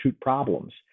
problems